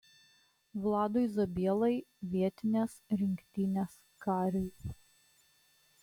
vladui zabielai vietinės rinktinės kariui